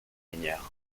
minières